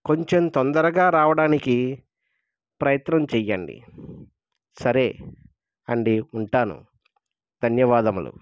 కొంచెం తొందరగా రావడానికి ప్రయత్నం చేయండి సరే అండి ఉంటాను ధన్యవాదములు